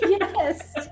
Yes